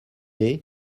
est